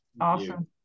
Awesome